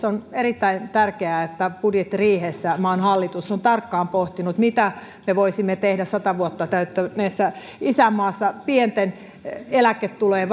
on erittäin tärkeää että budjettiriihessä maan hallitus on tarkkaan pohtinut mitä me voisimme tehdä sata vuotta täyttäneessä isänmaassa pienten eläketulojen